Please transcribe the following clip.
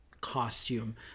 costume